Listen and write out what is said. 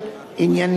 ואם,